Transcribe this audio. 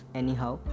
anyhow